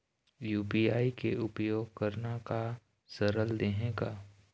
UPI के उपयोग करना का सरल देहें का?